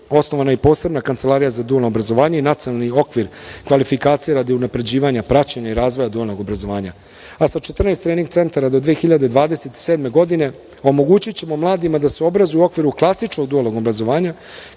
osnovana je i posebna Kancelarija za dualno obrazovanje i nacionalni okvir kvalifikacije radi unapređivanja, praćenja i razvoja dualnog obrazovanja. Sa 14 trening centara do 2027. godine omogućićemo mladima da se obrazuju u okviru klasičnog dualnog obrazovanja,